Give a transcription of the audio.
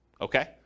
Okay